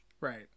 Right